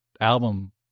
album